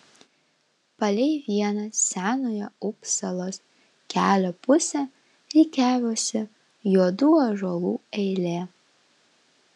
palei vieną senojo upsalos kelio pusę rikiavosi juodų ąžuolų eilė